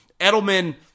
Edelman